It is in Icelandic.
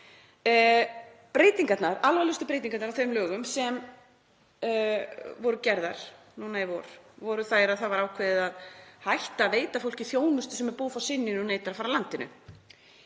Alvarlegustu breytingarnar á þeim lögum sem voru gerðar núna í vor voru þær að það var ákveðið að hætta að veita fólki þjónustu sem er búið að fá synjun og neitar að fara af landinu.